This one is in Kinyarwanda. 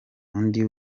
undi